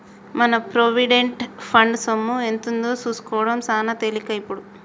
మన provident fund సొమ్ము ఎంతుందో సూసుకోడం సాన తేలికే ఇప్పుడు